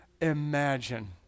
imagine